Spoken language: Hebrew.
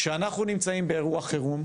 כשאנחנו נמצאים באירוע חירום,